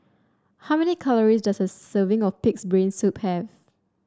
how many calories does a serving of pig's brain soup have